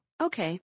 Okay